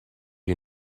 you